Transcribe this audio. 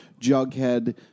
Jughead